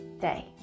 day